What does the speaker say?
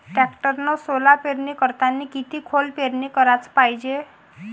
टॅक्टरनं सोला पेरनी करतांनी किती खोल पेरनी कराच पायजे?